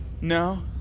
No